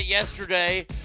yesterday